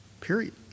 Period